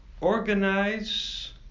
organize